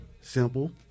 Simple